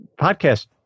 podcast